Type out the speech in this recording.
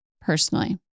personally